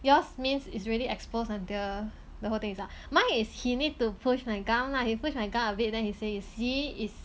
yours means it's really exposed like the the whole thing is out mine is he need to push my gum lah he push my gum a bit then he say you see is